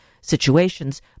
situations